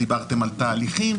דיברתם על תהליכים.